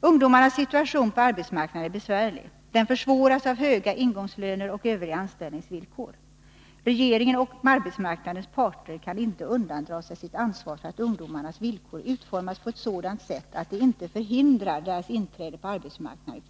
Ungdomarnas situation på arbetsmarknaden är besvärlig. Den försvåras av höga ingångslöner och övriga anställningsvillkor. Regeringen och arbetsmarknadens parter kan inte undandra sig sitt ansvar för att ungdomarnas villkor utformas på ett sådant sätt att de inte förhindrar utan snarare underlättar deras inträde på arbetsmarknaden.